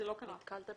זה מעולם לא קרה.